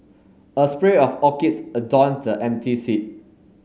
a spray of orchids adorned the empty seat